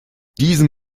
diesen